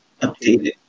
updated